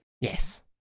Yes